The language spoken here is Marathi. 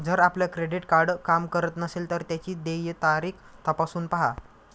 जर आपलं क्रेडिट कार्ड काम करत नसेल तर त्याची देय तारीख तपासून पाहा